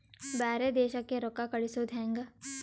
ಬ್ಯಾರೆ ದೇಶಕ್ಕೆ ರೊಕ್ಕ ಕಳಿಸುವುದು ಹ್ಯಾಂಗ?